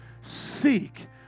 Seek